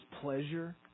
pleasure